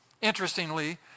Interestingly